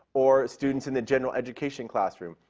or students in the general education classroom,